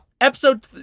Episode